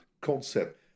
concept